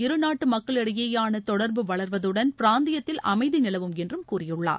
இரு நாட்டு மக்களிடையேயான தொடர்பு வளர்வதுடன் பிராந்தியத்தில் அமைதி நிலவும் என்று கூறியுள்ளார்